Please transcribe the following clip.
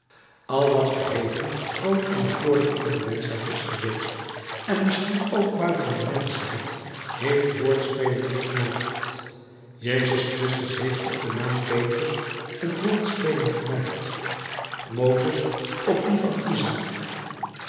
al wat verheven groot en bekoorlijk in de menschheid is geweest en misschien ook buiten de menschheid heeft woordspelingen gemaakt jezus christus heeft op den naam petrus een woordspeling gemaakt mozes op dien van isaäk